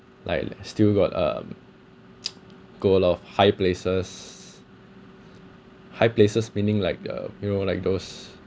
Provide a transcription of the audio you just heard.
like still got um go a lot of high places high places meaning like uh you know like those